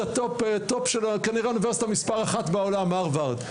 באוניברסיטה שהיא כנראה מספר אחת בעולם, הרווארד.